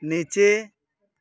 नीचे